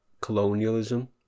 colonialism